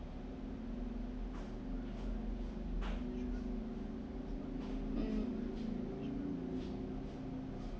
um